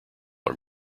are